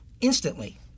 instantly